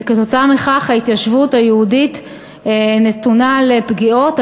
וכתוצאה מכך ההתיישבות היהודית נתונה לפגיעות.